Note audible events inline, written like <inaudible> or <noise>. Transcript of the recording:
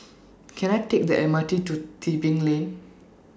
Can I Take The M R T to Tebing Lane <noise>